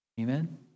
Amen